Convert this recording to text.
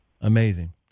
Amazing